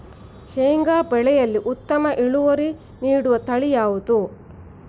ಶೇಂಗಾ ಬೆಳೆಯಲ್ಲಿ ಉತ್ತಮ ಇಳುವರಿ ನೀಡುವ ತಳಿ ಯಾವುದು?